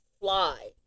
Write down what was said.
fly